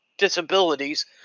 disabilities